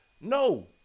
no